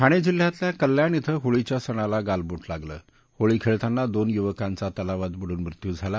ठाणे जिल्ह्यातल्या कल्याण इथब्रिळीच्या सणाला गाळबोट लागल होळी खेळताना दोन युवका तलावात बुडून मृत्यू झाला